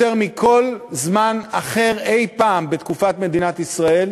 יותר מבכל זמן אחר אי-פעם בתקופת מדינת ישראל,